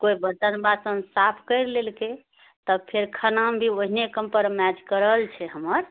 कोइ बर्तन बासन साफ करि लेलकै तऽ फेर खाना भी ओहने कोम्परमाइज करल छै हमर